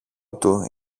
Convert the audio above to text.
του